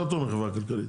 יותר טוב מהחברה הכלכלית.